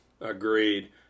Agreed